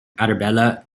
arabella